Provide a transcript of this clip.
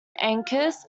anchors